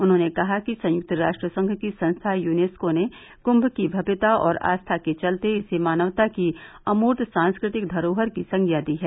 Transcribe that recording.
उन्होंने कहा कि संयुक्त राष्ट्र संघ की संस्था यूनेस्को ने कूम की भव्यता और आस्था के चलते इसे मानवता की अमूर्त सांस्कृतिक धरोहर की संज्ञा दी है